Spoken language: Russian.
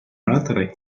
оратора